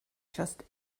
just